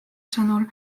sõnul